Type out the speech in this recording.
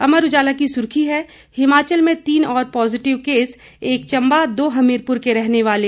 अमर उजाला की सुर्खी है हिमाचल में तीन और पॉजिटिव केस एक चंबा दो हमीरपुर के रहने वाले